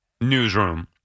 newsroom